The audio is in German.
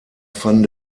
van